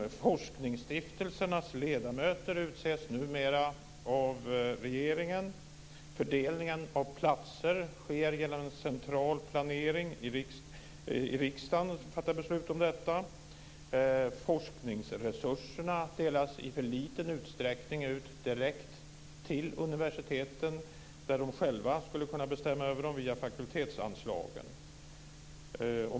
Forskningsstiftelsernas ledamöter utses numera av regeringen. Fördelningen av platser sker genom central planering. Riksdagen fattar beslut om detta. Forskningsresurserna delas i för liten utsträckning ut direkt till universiteten, där de själva skulle kunna bestämma över dem via fakultetsanslagen.